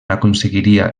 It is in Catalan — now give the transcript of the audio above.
aconseguiria